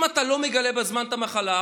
אם אתה לא מגלה בזמן את המחלה,